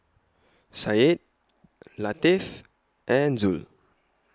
Syed Latif and Zul